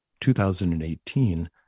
2018